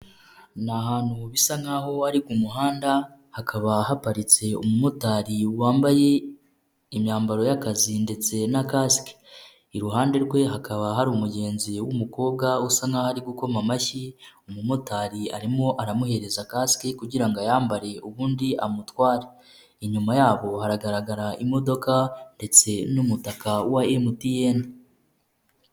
Ni ahantu bisa nk'aho ari mu muhanda, hakaba haparitse umumotari wambaye imyambaro y'akazi ndetse na kasike; iruhande rwe hari umugenzi w'umukobwa usa nk'aho ari gukoma mu mashyi, umumotari arimo aramuhereza kasike kugira ngo ayambare ubundi amutware. Inyuma yabo haragaragara imodoka ndetse n'umutaka wa MTN.